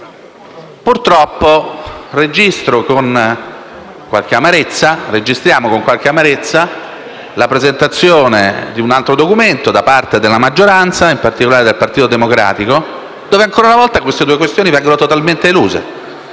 Purtroppo, registriamo con qualche amarezza la presentazione di un altro documento da parte della maggioranza - in particolare del Partito Democratico - in cui, ancora una volta, queste due questioni vengono totalmente eluse